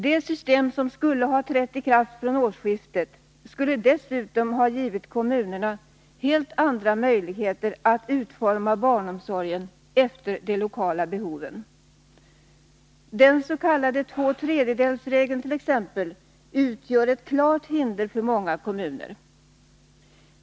Det system som skulle ha trätt i kraft vid årsskiftet skulle dessutom ha givit kommunerna helt andra möjligheter att utforma barnomsorgen efter de lokala behoven. Den s.k. 2/3-regeln t.ex. utgör ett klart hinder för många kommuner.